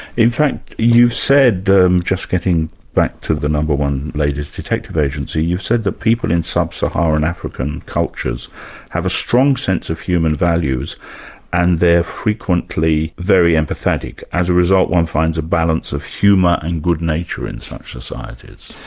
in fact you've said, um just getting back to the no. one ladies' detective agency, you've said that people in sub-saharan african cultures have a strong sense of human values and they're frequently very empathetic. as a result, one finds a balance of humour and good nature in such societies.